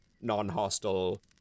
non-hostile